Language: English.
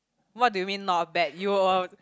what do you mean not bad you were